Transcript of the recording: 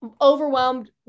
overwhelmed